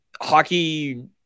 hockey